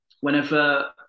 whenever